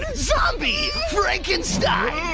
zombie! frankenstein!